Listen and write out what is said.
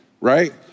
Right